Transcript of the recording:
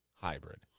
hybrid